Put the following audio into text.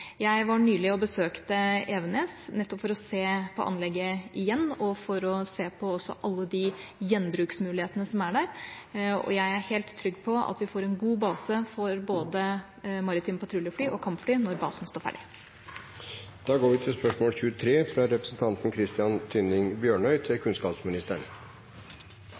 besøkte nylig Evenes for å se på anlegget igjen og for å se på alle de gjenbruksmulighetene som er der. Jeg er helt trygg på at vi får en god base for både maritime patruljefly og kampfly når basen står ferdig. «Det er en stor utfordring å skaffe nok lærere av flere kjønn til